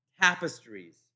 Tapestries